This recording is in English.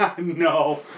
No